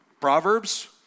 Proverbs